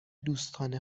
دوستان